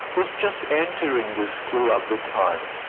was just entering the school at the time.